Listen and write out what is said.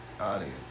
audience